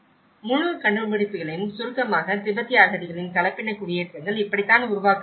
முழு கண்டுபிடிப்புகளையும் சுருக்கமாக திபெத்திய அகதிகளின் கலப்பின குடியேற்றங்கள் இப்படித்தான் உருவாக்கப்படுகின்றன